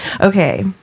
Okay